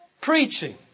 preaching